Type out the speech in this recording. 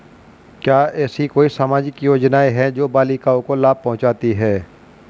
क्या ऐसी कोई सामाजिक योजनाएँ हैं जो बालिकाओं को लाभ पहुँचाती हैं?